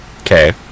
Okay